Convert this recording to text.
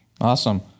Awesome